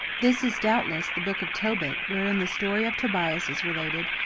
this is doubtless the book of tobit wherein the story of tobias is related,